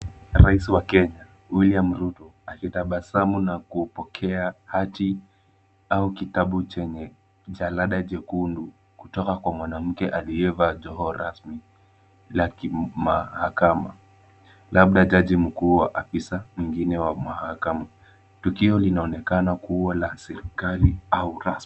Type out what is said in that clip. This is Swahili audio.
Rais wa Kenya, William Ruto, akitabasamu na kuupokea hati au kitabu chenye jalada jekundu kutoka kwa mwanamke aliyevaa joho rasmi, la kimahakama. Labda jaji mkuu wa afisa mwingine wa mahakama. Tukio linaonekana kuwa la serikali au rasmi.